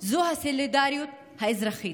זו הסולידריות האזרחית.